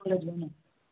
थोड़ेक दिनमे